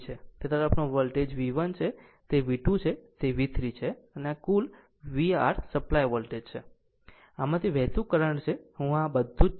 આ તરફનો વોલ્ટેજ તે V1 છે તે V2 છે તે V3 છે અને કુલ VR સપ્લાય વોલ્ટેજ V છે અને આમાંથી વહેતું કરંટ છે હું આ જ છું